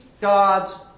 God's